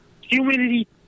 Humidity